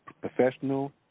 professional